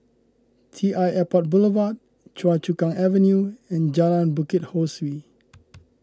T I Airport Boulevard Choa Chu Kang Avenue and Jalan Bukit Ho Swee